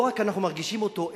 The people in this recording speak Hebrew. לא רק אנחנו מרגישים אותו,